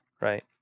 Right